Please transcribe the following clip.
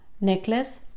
necklace